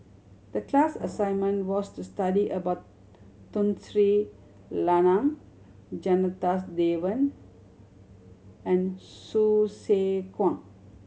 the class assignment was to study about Tun Sri Lanang Janadas Devan and Hsu Tse Kwang